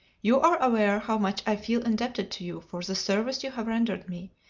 you are aware how much i feel indebted to you for the service you have rendered me,